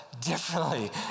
differently